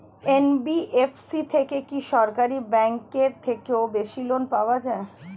NBFC থেকে কি সরকারি ব্যাংক এর থেকেও বেশি লোন পাওয়া যায়?